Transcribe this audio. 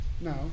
No